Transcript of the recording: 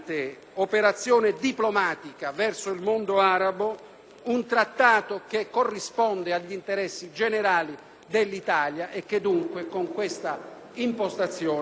dell'Italia e che dunque, con questa impostazione, noi sosterremo con il nostro voto.